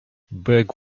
beg